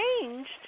changed